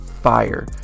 fire